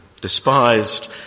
despised